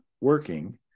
working